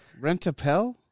Rentapel